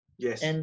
Yes